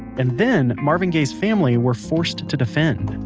and then marvin gaye's family were forced to defend